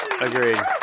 Agreed